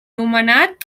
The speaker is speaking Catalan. nomenat